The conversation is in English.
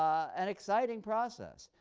an exciting process.